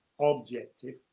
objective